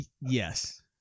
yes